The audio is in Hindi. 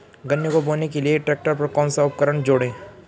गन्ने को बोने के लिये ट्रैक्टर पर कौन सा उपकरण जोड़ें?